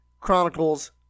Chronicles